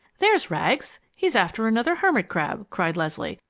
there's rags! he's after another hermit-crab! cried leslie.